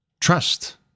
trust